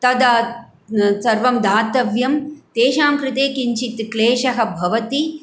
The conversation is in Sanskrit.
तदा सर्वं दातव्यं तेषां कृते किञ्चित् क्लेशः भवति